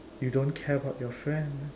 you don't care about your friend